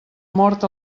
mort